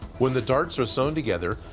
when the darts are sewn together,